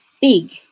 big